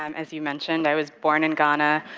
um as you mentioned, i was born in ghana,